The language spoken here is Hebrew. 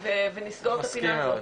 ונסגור את הפינה הזאת.